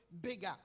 bigger